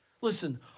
Listen